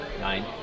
nine